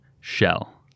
shell